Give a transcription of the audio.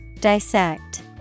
Dissect